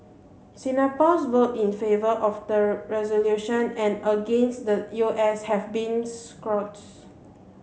Singapore's vote in favour of the resolution and against the U S has been